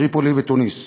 טריפולי ותוניס,